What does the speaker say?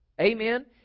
Amen